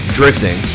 drifting